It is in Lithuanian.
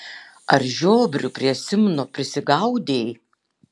ar žiobrių prie simno prisigaudei